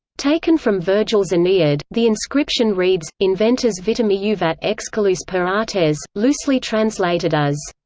taken from virgil's aeneid, the inscription reads inventas vitam iuvat excoluisse per artes, loosely translated as